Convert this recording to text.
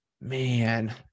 man